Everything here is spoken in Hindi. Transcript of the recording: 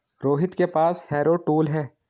रोहित के पास हैरो टूल है